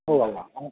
ഉവ്വ ഉവ്വ ഏ